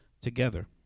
together